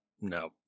No